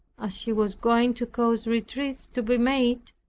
as he was going to cause retreats to be made,